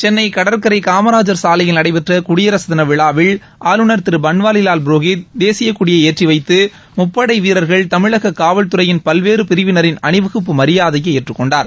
சென்னை கடற்கரை காமராஜர் சாலையில் நடைபெற்ற குடியரசு தின விழாவில் ஆளுநர் திரு பன்வாரிலால் புரோஹித் தேசியக் கொடியை ஏற்றி வைத்து முப்படை வீரர்கள் தமிழகக் காவல்துறையின் பல்வேறு பிரிவினரின் அணிவகுப்பு மரியாதையை ஏற்றுக் கொண்டார்